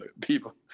people